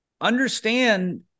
understand